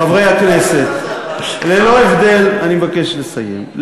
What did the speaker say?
חברי הכנסת, אני מבקש לסיים.